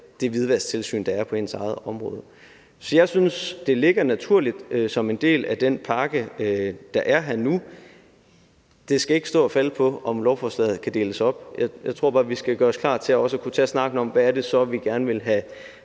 det hvidvasktilsyn, der er på ens eget område. Så jeg synes, det ligger naturligt som en del af den pakke, der er her nu. Det skal ikke stå og falde med, om lovforslaget kan deles op. Jeg tror bare, vi skal gøre os klar til også at kunne tage snakken om, hvad det så er, vi gerne vil have